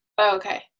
Okay